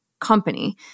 company